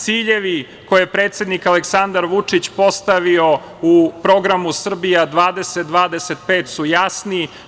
Ciljevi koje predsednik Aleksandar Vučić, postavio u programu Srbija 20-25 su jasni.